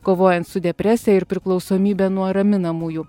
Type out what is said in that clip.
kovojant su depresija ir priklausomybe nuo raminamųjų